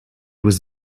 was